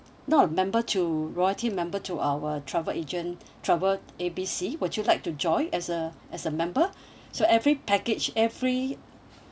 not a member to loyalty member to our travel agent travel A B C would you like to join as a as a member so every package every